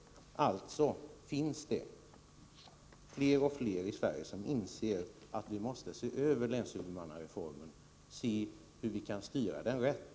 Alltså inser fler och fler att vi måste se över länshuvudmannareformen, se hur vi kan styra den rätt.